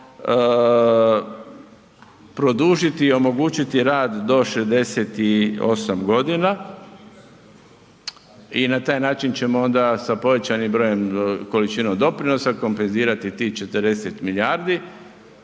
produžiti i omogućiti rad do 68 godina i na taj način ćemo onda sa povećanim brojem količinom doprinosa kompenzirati tih 40 milijardi.